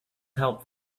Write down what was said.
help